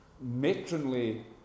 matronly